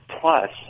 Plus